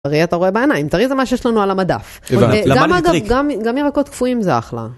טרי אתה רואה בעיניים, טרי זה מה שיש לנו על המדף, גם ירקות קפואים זה אחלה.